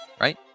right